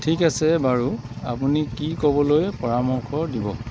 ঠিক আছে বাৰু আপুনি কি ক'বলৈ পৰামৰ্শ দিব